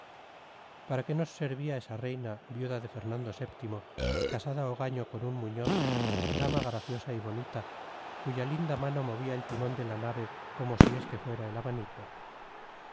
para qué nos servía esa reina viuda de fernando vii casada hogaño con un muñoz dama graciosa y bonita cuya linda mano movía el timón de la nave como si este fuera el abanico